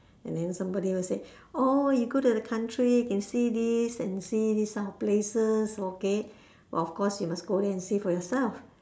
and then somebody will say orh you go to the country can see this and see this kind of places okay but of course you must go there and see for yourself